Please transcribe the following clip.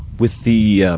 with the ah